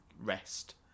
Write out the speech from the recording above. rest